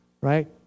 Right